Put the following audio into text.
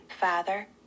Father